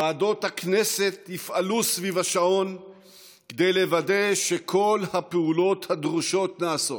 ועדות הכנסת יפעלו סביב השעון כדי לוודא שכל הפעולות הדרושות נעשות,